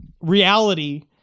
reality